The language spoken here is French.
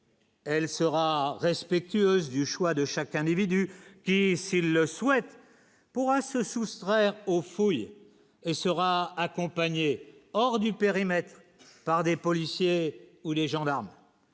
Elle sera respectueuse du choix de chaque individu, et s'il le souhaite, pourra se soustraire aux fouilles et sera accompagné hors du périmètre par des policiers ou des gendarmes